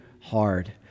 hard